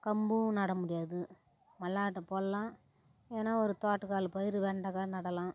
கம்பும் நட முடியாது மல்லாட்டை போடலாம் எதனா ஒரு தோட்டாக்கால் பயிர் வெண்டக்காய் நடலாம்